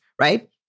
right